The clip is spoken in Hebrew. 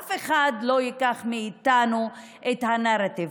אף אחד לא ייקח מאיתנו את הנרטיב.